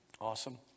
Awesome